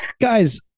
Guys